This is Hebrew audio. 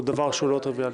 זה דבר שהוא לא טריוויאלי.